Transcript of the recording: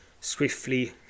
swiftly